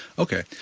okay.